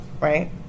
Right